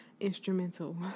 instrumental